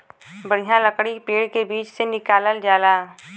बढ़िया लकड़ी पेड़ के बीच से निकालल जाला